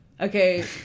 okay